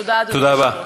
תודה, אדוני היושב-ראש.